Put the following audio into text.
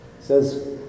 says